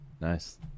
Nice